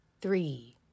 three